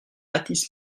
athis